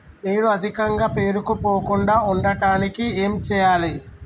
నీరు అధికంగా పేరుకుపోకుండా ఉండటానికి ఏం చేయాలి?